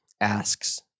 asks